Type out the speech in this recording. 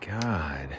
God